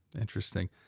Interesting